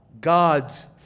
God's